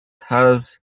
has